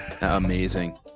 Amazing